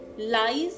lies